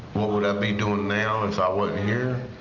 what would i be doing now if i wasn't here?